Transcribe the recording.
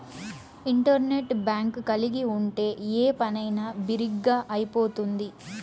internet bank కలిగి ఉంటే ఏ పనైనా బిరిగ్గా అయిపోతుంది